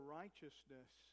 righteousness